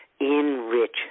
enrich